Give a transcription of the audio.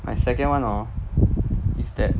my second one hor is that